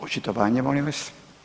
Očitovanje molim vas.